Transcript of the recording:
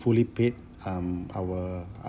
fully paid um our